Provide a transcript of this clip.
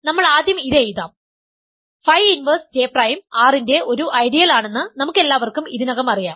അതിനാൽ നമ്മൾ ആദ്യം ഇത് എഴുതാം phi inverse J prime R ന്റെ ഒരു ഐഡിയൽ ആണെന്ന് നമുക്കെല്ലാവർക്കും ഇതിനകം അറിയാം